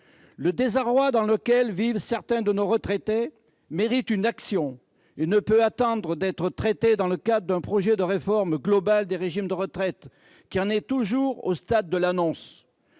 Le désarroi dans lequel vivent certains de nos retraités mérite une action. Il ne peut pas attendre d'être traité dans le cadre d'un projet de réforme globale des régimes de retraite qui en est toujours au stade de l'annonce.